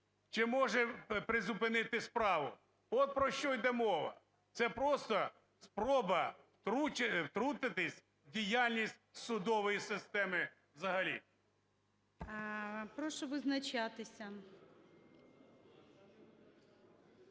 чи може призупинити справу. От про що йде мова. Це просто спроба втрутитись в діяльність судової системи взагалі. ГОЛОВУЮЧИЙ. Прошу визначатися.